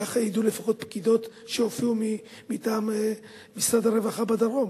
ככה ידעו לפחות פקידות שהופיעו מטעם משרד הרווחה בדרום